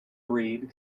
read